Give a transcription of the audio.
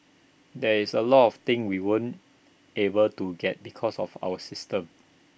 there is A lot of things we weren't able to get because of our system